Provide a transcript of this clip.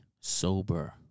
sober